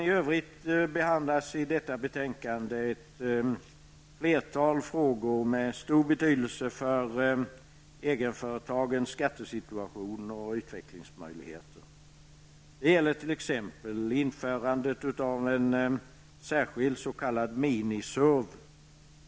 I övrigt behandlas i detta betänkande ett flertal frågor som har stor betydelse för egenföretagens skattesituation och utvecklingsmöjligheter. Det gäller t.ex. införandet av en särskild s.k. mini-SURV.